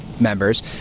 members